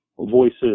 voices